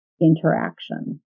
interaction